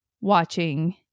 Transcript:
watching